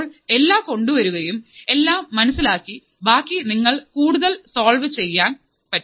അപ്പോൾ എല്ലാം കൊണ്ടുവരുകയും എല്ലാ കോൺസെപ്റ്റും മനസ്സിലാക്കി ബാക്കി നിങ്ങൾക്ക് കൂടുതൽ എളുപ്പത്തിൽ സോൾവ് ചെയ്യാനും പറ്റും